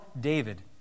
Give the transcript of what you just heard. David